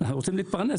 אנחנו רוצים להתפרנס,